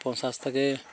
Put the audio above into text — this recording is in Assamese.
পঞ্চাছটাকে